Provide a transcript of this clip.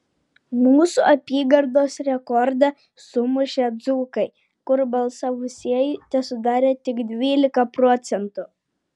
mūsų apygardos rekordą sumušė dzūkai kur balsavusieji tesudarė tik dvylika procentų